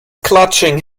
clutching